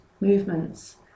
movements